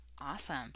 Awesome